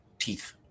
teeth